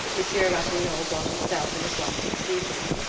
monsieur ratignolle brought himself and his wife's excuses.